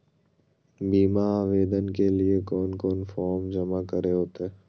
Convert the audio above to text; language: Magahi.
बीमा आवेदन के लिए कोन कोन फॉर्म जमा करें होते